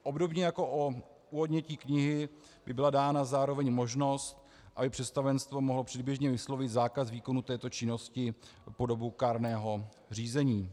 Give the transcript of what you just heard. Obdobně jako u odnětí knihy by byla dána zároveň možnost, aby představenstvo mohlo předběžně vyslovit zákaz výkonu této činnosti po dobu kárného řízení.